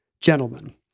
gentlemen